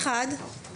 דבר ראשון,